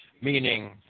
meaning